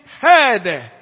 head